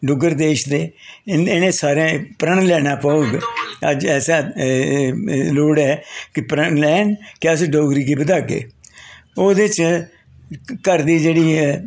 डुग्गर देश दे इ'नें सारें प्रण लैना पौग अज्ज ऐसा लोड़ ऐ प्रण लैन कि अस डोगरी गी बधागे ओह्दे च घर दी जेह्ड़ी ऐ